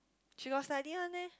she got study one meh